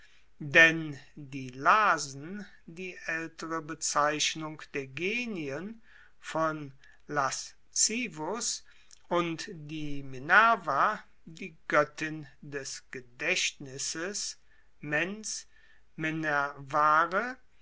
denn die lasen die aeltere bezeichnung der genien von lascivus und die minerva die goettin des gedaechtnisses